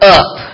up